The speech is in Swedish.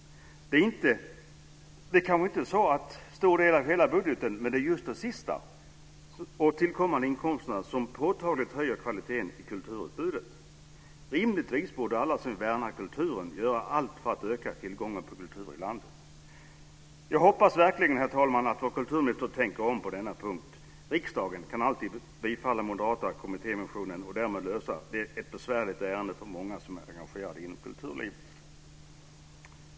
Den är kanske inte så stor del av hela budgeten, men det är just de sista och tillkommande inkomsterna som påtagligt höjer kvaliteten i kulturutbudet. Rimligtvis borde alla som vill värna kulturen göra allt för att öka tillgången på kultur i landet. Jag hoppas verkligen, herr talman, att vår kulturminister tänker om på denna punkt. Riksdagen kan alltid bifalla den moderata kommittémotionen och därmed lösa ett besvärligt ärende för många som är engagerade inom kulturlivet.